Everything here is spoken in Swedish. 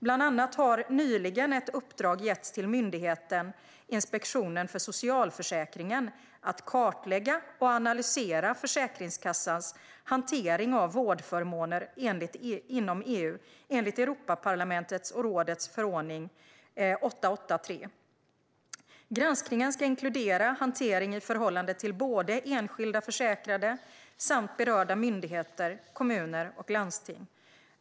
Bland annat har nyligen ett uppdrag getts till myndigheten Inspektionen för socialförsäkringen att kartlägga och analysera Försäkringskassans hantering av vårdförmåner inom EU enligt Europaparlamentets och rådets förordning 883. Granskningen ska inkludera hantering i förhållande till både enskilda försäkrade och berörda myndigheter, kommuner och landsting.